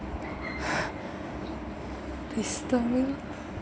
disturbing